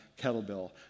kettlebell